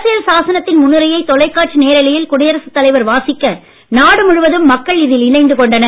அரசியல் சாசனத்தின் முன்னுரையை தொலைக்காட்சி நேரலையில் குடியரசுத் தலைவரால் வாசிக்க நாடு முழுவதும் மக்கள் இதில் இணைந்து கொண்டனர்